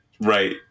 Right